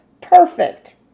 Perfect